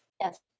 Yes